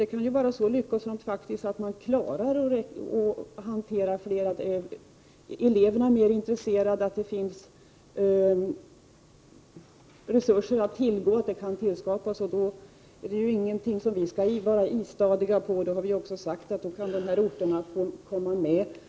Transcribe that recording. Det kan ju bli så lyckosamt att man faktiskt klarar av att hantera fler elever. Om det kan tillskapas nya resurser, kommer vi inte att vara istadiga i denna fråga. Vi har också sagt att i så fall kan också de andra orterna komma i fråga.